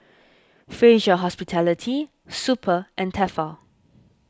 Fraser Hospitality Super and Tefal